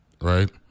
right